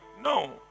No